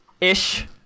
ish